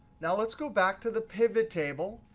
now let's go back to the pivot table.